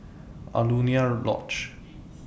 Alaunia Lodge